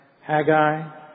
Haggai